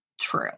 true